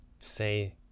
say